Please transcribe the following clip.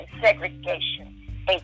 segregation